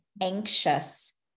anxious